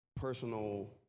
personal